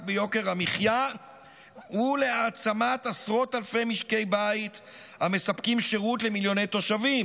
ביוקר המחיה ולהעצמת עשרות אלפי משקי בית שמספקים שירות למיליוני תושבים.